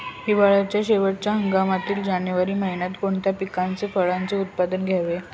हिवाळ्याच्या शेवटच्या हंगामातील जानेवारी महिन्यात कोणत्या पिकाचे, फळांचे उत्पादन घ्यावे?